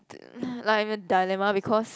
d~ like a dilemma because